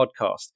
podcast